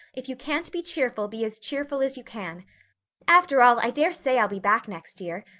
if you can't be cheerful, be as cheerful as you can after all, i dare say i'll be back next year.